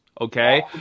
okay